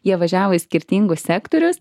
jie važiavo į skirtingus sektorius